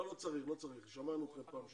לא, לא צריך, שמענו אתכם בפעם שעברה.